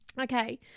Okay